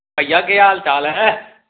भाइया केह् हाल चाल ऐ